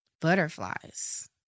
Butterflies